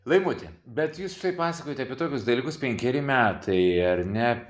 laimuti bet jūs štai pasakojote apie tokius dalykus penkeri metai ar ne